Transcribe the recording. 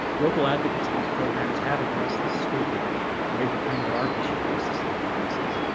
local advocates of these programs have addressed this school board and made the claim that our district was systemically racist,